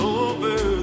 over